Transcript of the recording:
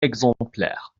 exemplaires